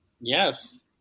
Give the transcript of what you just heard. Yes